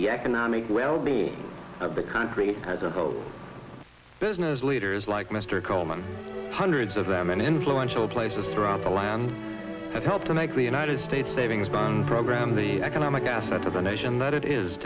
the economic wellbeing of the country as a whole business leaders like mr coleman hundreds of them and influential places throughout the land have helped to make the united states savings bond program the economic assets of the nation that it is